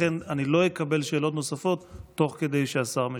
לא אקבל שאלות נוספות תוך כדי שהשר משיב.